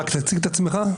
רק תציג את עצמך.